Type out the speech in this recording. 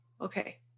okay